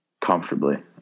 comfortably